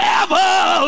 Devil